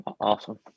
awesome